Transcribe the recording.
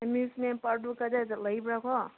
amusement ꯄꯥꯔꯛꯇꯨ ꯀꯗꯥꯏꯗ ꯂꯩꯕ꯭ꯔꯥ ꯀꯣ